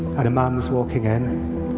and a man was walking in.